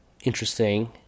Interesting